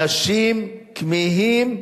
אנשים כמהים,